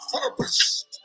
purpose